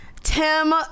Tim